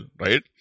right